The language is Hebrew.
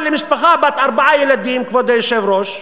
אבל למשפחה בת ארבעה ילדים, כבוד היושב-ראש,